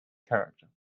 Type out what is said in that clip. character